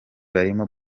barimo